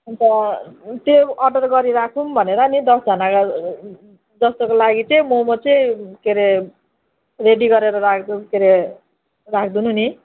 अन्त त्यो अर्डर गरिराखौँ भनेर नि दसजना जस्तोको लागि चाहिँ मोमो चाहिँ के अरे रेडी गरेर राखिदिउँ के अरे राखिदिनु नि